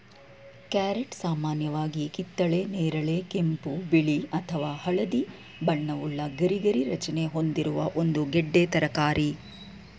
carrot ಸಾಮಾನ್ಯವಾಗಿ ಕಿತ್ತಳೆ ನೇರಳೆ ಕೆಂಪು ಬಿಳಿ ಅಥವಾ ಹಳದಿ ಬಣ್ಣವುಳ್ಳ ಗರಿಗರಿ ರಚನೆ ಹೊಂದಿರುವ ಒಂದು ಗೆಡ್ಡೆ ತರಕಾರಿ